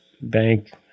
bank